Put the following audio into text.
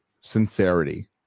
sincerity